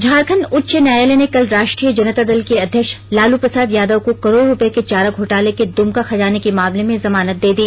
झारखंड उच्च न्यायालय ने कल राष्ट्रीय जनता दल के अध्यक्ष लालू प्रसाद यादव को करोड़ो रूपये के चारा घोटाले के दुमका खजाने के मामले में जमानत दे दी